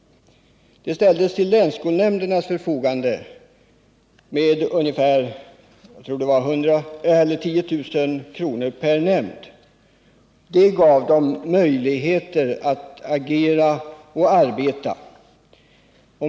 Medlen ställdes till länsskolnämndernas förfogande med ungefär 10 000 kr. per nämnd. Det gav dem möjligheter att agera och arbeta.